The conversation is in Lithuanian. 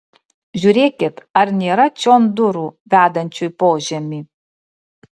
žiūrėkit ar nėra čion durų vedančių į požemį